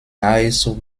nahezu